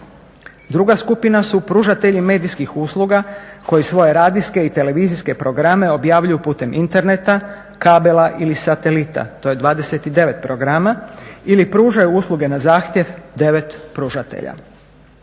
Druga skupina su pružatelji medijskih usluga koji svoje radijske i televizijske programe objavljuju putem interneta, kabela ili satelita. To je 29 programa ili pružaju usluge na zahtjev 9 pružatelja.